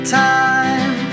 time